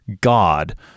God